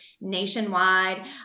nationwide